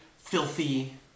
filthy